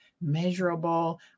measurable